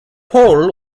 pohl